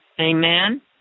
Amen